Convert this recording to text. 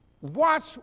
watch